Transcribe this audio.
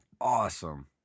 Awesome